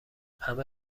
همه